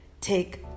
Take